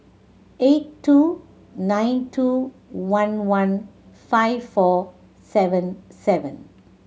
eight two nine two one one five four seven seven